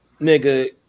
nigga